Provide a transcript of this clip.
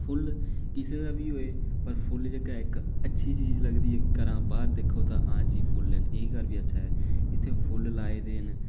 अच्छा लग्गै तां फुल्ल किसे दा बी होऐ फुल्ल जेह्का इक अच्छी चीज़ लगदी ऐ घरा बाह्र दिक्खो तां हां जी फुल्ल न एह् घर बी अच्छा ऐ फुल्ल लाए दे न